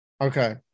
Okay